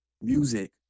music